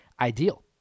ideal